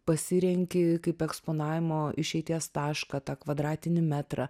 pasirenki kaip eksponavimo išeities tašką tą kvadratinį metrą